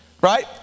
right